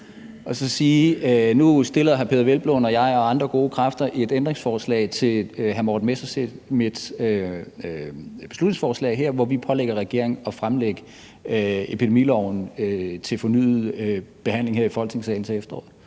nu stiller hr. Peder Hvelplund og jeg og andre gode kræfter et ændringsforslag til hr. Morten Messerschmidts beslutningsforslag her, hvor vi pålægger regeringen at fremlægge epidemiloven til fornyet behandling her i Folketingssalen til efteråret.